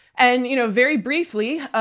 and you know very briefly,